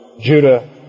Judah